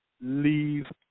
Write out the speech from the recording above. leave